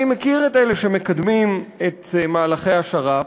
אני מכיר את אלה שמקדמים את מהלכי השר"פ,